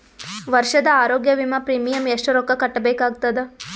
ವರ್ಷದ ಆರೋಗ್ಯ ವಿಮಾ ಪ್ರೀಮಿಯಂ ಎಷ್ಟ ರೊಕ್ಕ ಕಟ್ಟಬೇಕಾಗತದ?